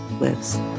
lives